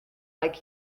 like